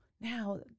now